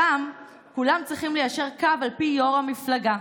שם כולם צריכים ליישר קו על פי יו"ר המפלגה.